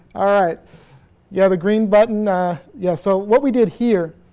alright yeah the green button yes, so what we did here,